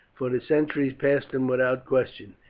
for the sentries passed him without question.